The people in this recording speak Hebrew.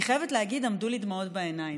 אני חייבת להגיד, עמדו לי דמעות בעיניים.